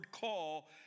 call